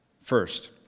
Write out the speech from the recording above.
First